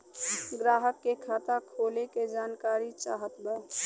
ग्राहक के खाता खोले के जानकारी चाहत बा?